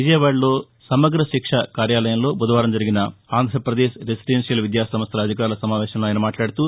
విజయవాడలోని సమగ్రశిక్ష కార్యాలయంలో బుధవారం జరిగిన ఆంధ్రప్రదేశ్ రెసిడెన్వియల్ విద్యాసంస్వల అధికారుల సమావేశంలో ఆయన మాట్లాడుతూ